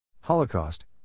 Holocaust